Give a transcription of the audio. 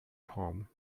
tom